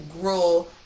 grow